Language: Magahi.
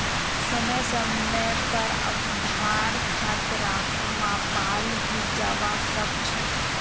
समय समय पर आधार खतराक मापाल भी जवा सक छे